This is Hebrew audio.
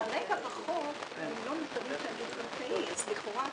כרגע בחוק הם לא מוסדרים כ --- אז לכאורה,